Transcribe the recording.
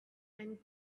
and